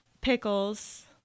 pickles